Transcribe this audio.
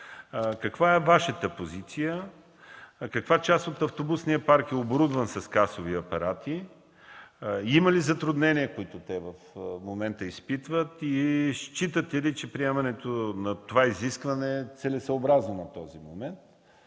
каква е Вашата позиция? Каква част от автобусния парк е оборудван с касови апарати? Има ли затруднения, които се изпитват в момента? Считате ли, че приемането на това изискване е целесъобразно на този момент?